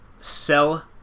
sell